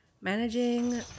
managing